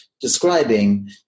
describing